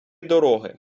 дороги